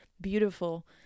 beautiful